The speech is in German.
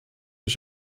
ich